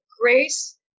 grace